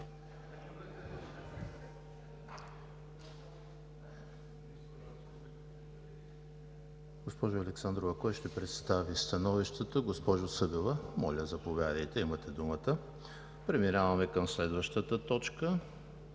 Пристъпваме към следващата точка